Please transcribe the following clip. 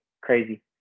Crazy